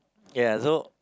ya so